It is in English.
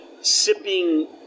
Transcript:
sipping